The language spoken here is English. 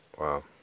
wow